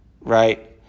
right